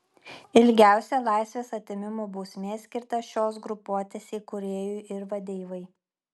ilgiausia laisvės atėmimo bausmė skirta šios grupuotės įkūrėjui ir vadeivai